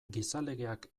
gizalegeak